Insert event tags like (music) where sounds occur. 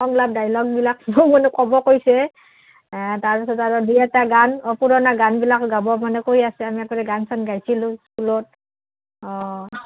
সংলাপ ডাইলগবিলাক (unintelligible) মানে ক'ব কৈছে তাৰপিছত আৰু দুই এটা গান অঁ পুৰণা গানবিলাক গাব মানে কৈ আছে আমি (unintelligible) গান চান গাইছিলোঁ স্কুলত অঁ